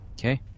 Okay